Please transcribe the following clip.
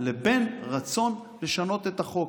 לבין רצון לשנות את החוק.